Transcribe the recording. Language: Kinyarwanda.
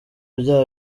bya